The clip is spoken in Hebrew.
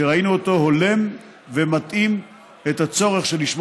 שראינו אותו הולם ומתאים לצורך שלשמו